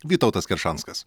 vytautas keršanskas